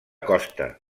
costa